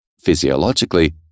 physiologically